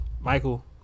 Michael